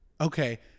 okay